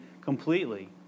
completely